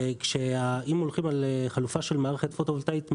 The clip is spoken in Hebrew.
ואם הולכים על חלופה של מערכת פוטו-וולטאית מלאה,